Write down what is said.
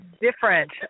different